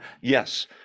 Yes